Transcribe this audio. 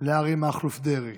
לאריה מכלוף דרעי